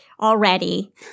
already